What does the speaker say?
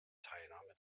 teilnahme